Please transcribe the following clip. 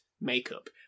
makeup